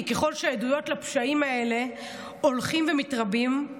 כי ככל שהעדויות לפשעים האלה הולכות ומתרבות,